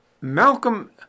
Malcolm